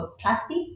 plastic